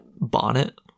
bonnet